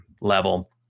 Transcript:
level